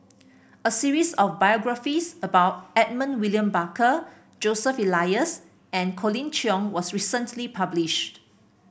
a series of biographies about Edmund William Barker Joseph Elias and Colin Cheong was recently published